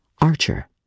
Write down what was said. Archer